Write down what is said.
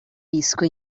disco